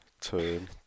turn